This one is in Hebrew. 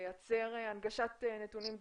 ולייצר הנגשת נתונים דיגיטליים.